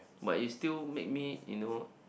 but it's still make me you know